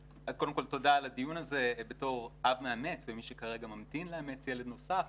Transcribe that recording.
ותודה על הדיון הזה בתור אב מאמץ ומי שכרגע ממתין לאמץ ילד נוסף.